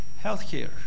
healthcare